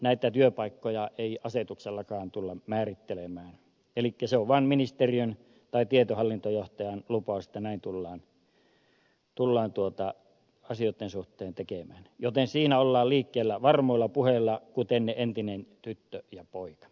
näitä työpaikkoja ei asetuksellakaan tulla määrittelemään elikkä se on vaan ministeriön tai tietohallintojohtajan lupaus että näin tullaan asioitten suhteen tekemään joten siinä ollaan liikkeellä varmoilla puheilla kuten ne entiset tyttö ja poika